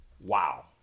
wow